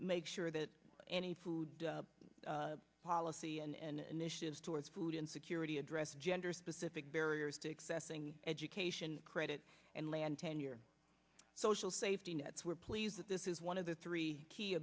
make sure that any food policy and initiatives towards food insecurity address gender specific barriers to excessive education credit and land tenure social safety nets we're pleased that this is one of the three key